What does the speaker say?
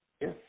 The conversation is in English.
yes